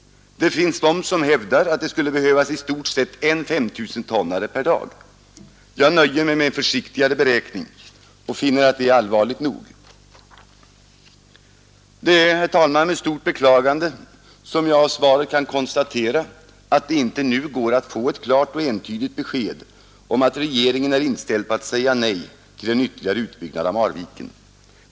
Det finns de som hävdar att det skulle behövas i stort sett en 5 000-tonnare per dag. Jag nöjer mig med en försiktigare beräkning och finner att det är allvarligt nog. Det är med stort beklagande som jag av svaret kan konstatera, att det inte går att nu få ett klart och entydigt besked om att regeringen är inställd på att säga nej till ytterligare utbyggnad av Marviken.